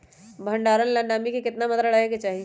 भंडारण ला नामी के केतना मात्रा राहेके चाही?